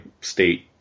state